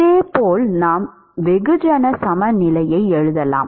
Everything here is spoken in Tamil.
இதேபோல் நாம் வெகுஜன சமநிலையை எழுதலாம்